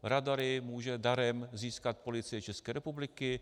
Radary může darem získat Policie České republiky.